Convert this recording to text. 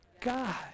God